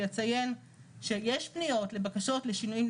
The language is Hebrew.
כי אציין שיש פניות לבקשות לשינויים,